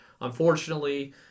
unfortunately